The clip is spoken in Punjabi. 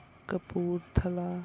ਕਪੂਰਥਲਾ